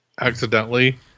accidentally